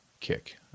kick